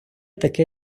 таке